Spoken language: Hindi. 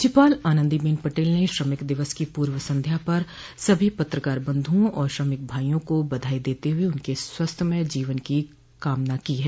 राज्यपाल आनन्दीबेन पटेल ने श्रमिक दिवस की पूर्व संध्या पर सभी पत्रकार बंध्रओं और श्रमिक भाइयो को बधाई देते हुए उनके स्वास्थमय जीवन की कामना की है